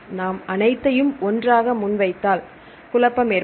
நாம் அனைத்தையும் ஒன்றாக முன்வைத்தால் குழப்பம் ஏற்படும்